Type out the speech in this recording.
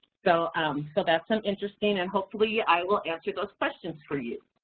so um so that's some interesting and hopefully i will answer those questions for you.